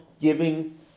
giving